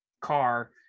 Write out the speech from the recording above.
car